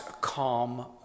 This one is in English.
calm